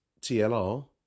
TLR